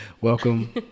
welcome